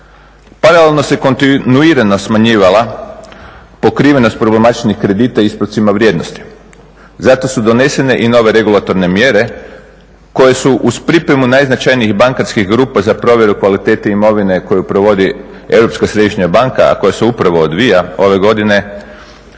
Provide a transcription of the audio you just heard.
Paralelno se kontinuirano smanjivala pokrivenost problematičnih kredita ispravcima vrijednosti. Zato su donesene i nove regulatorne mjere koje su uz pripremu najznačajnijih bankarskih grupa za provjeru kvalitete imovine koju provodi Europska središnja banka a koja se upravo odvija ove godine